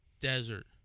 desert